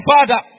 Father